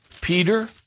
Peter